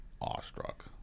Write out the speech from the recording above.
awestruck